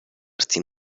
تیم